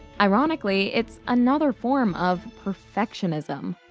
ironically, it's another form of perfectionism.